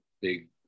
big